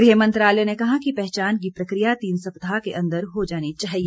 गृह मंत्रालय ने कहा कि पहचान की प्रक्रिया तीन सप्ताह के अंदर हो जानी चाहिए